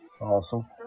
Awesome